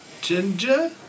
ginger